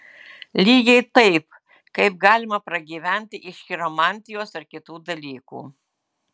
lygiai taip kaip galima pragyventi iš chiromantijos ar kitų dalykų